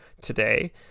today